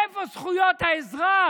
איפה זכויות האזרח?